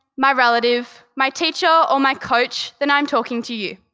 my relative, my teacher, or my coach, then i'm talking to you.